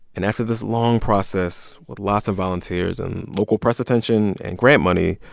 and after this long process with lots of volunteers and local press attention and grant money,